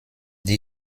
die